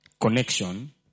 connection